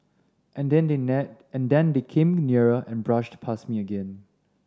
and then they and they became nearer and brushed past me again